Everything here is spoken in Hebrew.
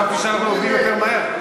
חשבתי שאנחנו עובדים יותר מהר.